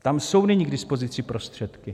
Tam jsou nyní k dispozici prostředky.